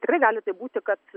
tikrai gali taip būti kad